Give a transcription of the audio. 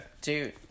Dude